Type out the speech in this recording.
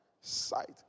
sight